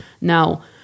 Now